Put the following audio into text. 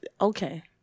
okay